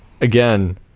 Again